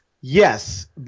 yes